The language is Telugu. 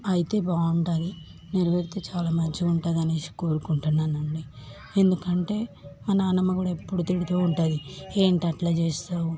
అయితే బాగుంటుంది నెరవేరితే చాలా మంచిగుంటుందనేసి కోరుకుంటున్నానండి ఎందుకంటే మా నానమ్మ కూడా ఎప్పుడు తిడుతూ ఉంటుంది ఏంటి అట్ల చేస్తావు